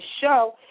show